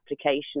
application